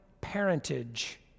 parentage